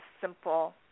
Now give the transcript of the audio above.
simple